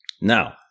Now